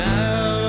now